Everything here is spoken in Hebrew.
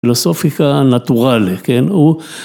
פילוסופיקה נטורל, כן, הוא...